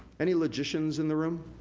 any logicians in the room?